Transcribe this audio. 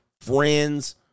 friends